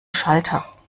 schalter